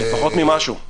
לפחות ממשהו.